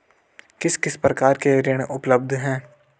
किस किस प्रकार के ऋण उपलब्ध हैं?